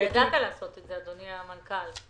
ידעת לעשות את זה, אדוני המנכ"ל.